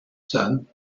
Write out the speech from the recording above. son